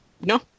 No